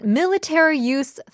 military-use